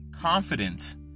confidence